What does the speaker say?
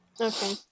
Okay